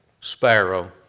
sparrow